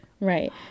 right